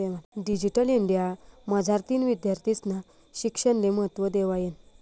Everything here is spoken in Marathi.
डिजीटल इंडिया मझारतीन विद्यार्थीस्ना शिक्षणले महत्त्व देवायनं